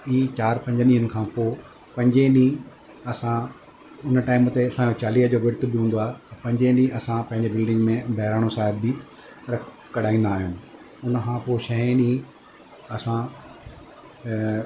हीउ चार पंज ॾींहनि खां पोइ पंजें ॾींहुं असां उन टाइम ते असांजे चालीहे जो व्रितु बि हूंदो आहे पंजें ॾींहुं असां पंहिंजे बिल्डिंग में बहिराणो साहिब बि रख कढाईंदा आहियूं उन खां पोइ छहें ॾींहुं असां